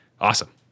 awesome